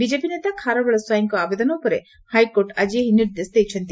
BJP ନେତା ଖାରବେଳ ସ୍ୱାଇଁଙ୍କ ଆବେଦନ ଉପରେ ହାଇକୋର୍ଟ ଆକି ଏହି ନିର୍ଦ୍ଦେଶ ଦେଇଛନ୍ତି